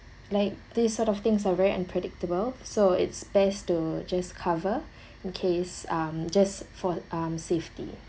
like these sort of things are very unpredictable so it's best to just cover in case um just for um safety